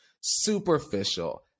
superficial